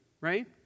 right